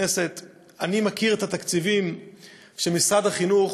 שאני מכיר את התקציבים שמשרד החינוך